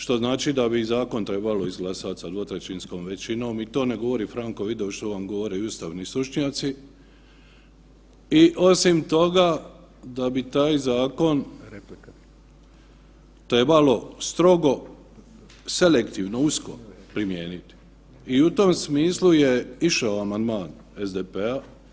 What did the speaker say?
Što znači da bi i zakon trebalo izglasati sa dvotrećinskom većinom i to ne govori Franko Vidović, to vam govore i ustavni stručnjaci i osim toga da bi taj zakon trebalo strogo selektivno usko primijeniti i u tom smislu je išao amandman SDP-a.